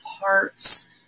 parts